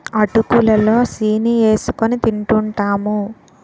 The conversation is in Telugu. అటుకులు లో సీని ఏసుకొని తింటూంటాము